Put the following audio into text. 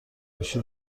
گوشی